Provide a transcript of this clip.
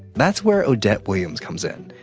that's where odette williams comes in.